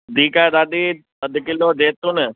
ठीकु आहे दादी अधु किलो जैतुन